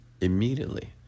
immediately